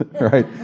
right